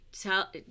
tell